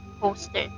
poster